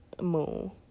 moon